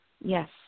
Yes